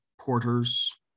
porters